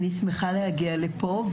אני שמחה להגיע לפה,